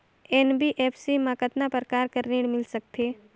NBFC मा कतना प्रकार कर ऋण मिल सकथे?